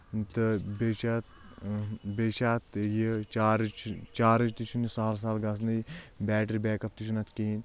تہٕ بیٚیہِ چھِ اَتھ بیٚیہِ چھِ اتھ یہِ چارٕج چارٕج تہِ چھُنہٕ یہِ سہل سہل گژھنٕے بیٹری بیک اپ تہِ چھُنہٕ اَتھ کِہیٖنۍ